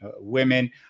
women